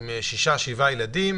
עם שישה או שבעה ילדים